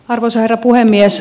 arvoisa herra puhemies